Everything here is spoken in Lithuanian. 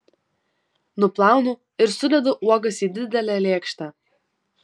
nuplaunu ir sudedu uogas į didelę lėkštę